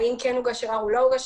האם כן הוגש ערר או לא.